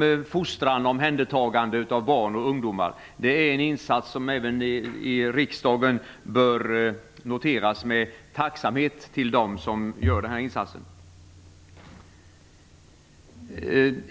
till fostran och omhändertagande av barn och ungdomar. Det är en insats som även i riksdagen bör noteras med tacksamhet gentemot dem som gör den.